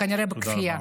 וכנראה בכפייה.